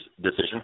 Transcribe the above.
decision